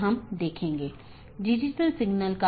यह चीजों की जोड़ता है